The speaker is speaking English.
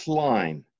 line